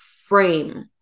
frame